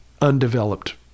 undeveloped